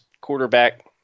quarterback